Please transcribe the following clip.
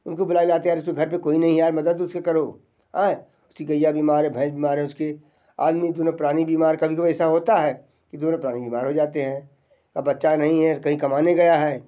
उनको बुलाया जाता है यार इसके घर पे कोई नहीं यार मदद उसका करो अएं उसकी गैया बीमार है भैंस बीमार है उसके आदमी के दोनों प्राणी बीमार कभी कभी ऐसा होता है कि दोनों प्राणी बीमार हो जाते हैं अब बच्चा नहीं है कहीं कमाने गया है